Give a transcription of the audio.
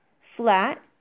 flat